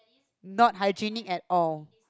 not hygienic at all